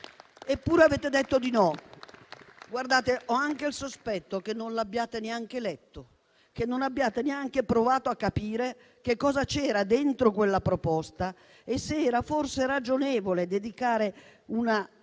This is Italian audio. Eppure, avete detto di no. Guardate: ho anche il sospetto che non l'abbiate neanche letto l'emendamento, che non abbiate neanche provato a capire che cosa c'era dentro quella proposta e se era forse ragionevole dedicare un afflato